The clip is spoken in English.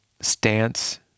stance